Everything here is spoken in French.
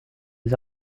des